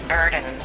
Burden